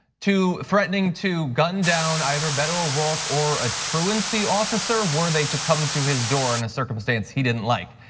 to threatening to gun down either beto o'rourke or a truancy officer, were they to come to his door in a circumstance he didn't like.